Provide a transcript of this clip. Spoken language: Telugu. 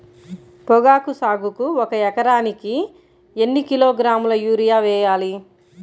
పొగాకు సాగుకు ఒక ఎకరానికి ఎన్ని కిలోగ్రాముల యూరియా వేయాలి?